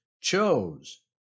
chose